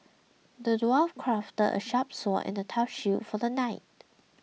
the dwarf crafted a sharp sword and a tough shield for the knight